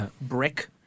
brick